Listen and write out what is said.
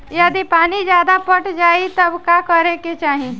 यदि पानी ज्यादा पट जायी तब का करे के चाही?